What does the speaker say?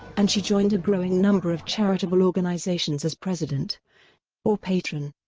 and she joined a growing number of charitable organisations as president or patron.